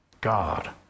God